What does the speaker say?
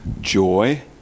joy